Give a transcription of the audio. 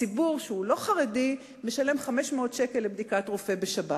ציבור שהוא לא חרדי משלם 500 שקלים לבדיקת רופא בשבת.